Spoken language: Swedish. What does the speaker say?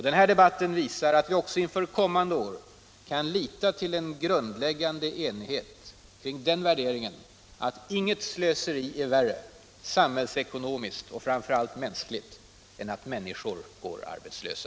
Den här debatten visar att vi också inför kommande år kan lita till en grundläggande enighet kring den värderingen: inget slöseri är värre — samhällsekonomiskt och framför allt mänskligt — än att människor går arbetslösa.